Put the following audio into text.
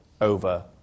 over